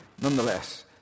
nonetheless